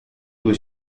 due